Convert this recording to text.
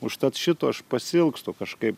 užtat šito aš pasiilgstu kažkaip